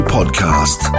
Podcast